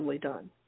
done